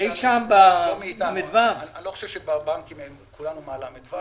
אני לא חושב שבבנקים כולנו מהל"ו.